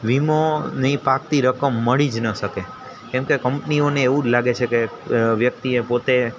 વિમોની પાકતી રકમ મળી જ ન શકે કેમ કે કંપનીઓને એવું જ લાગે છે કે વ્યક્તિએ પોતે